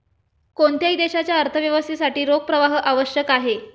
कोणत्याही देशाच्या अर्थव्यवस्थेसाठी रोख प्रवाह आवश्यक आहे